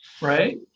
right